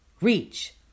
reach